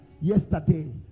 Yesterday